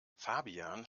fabian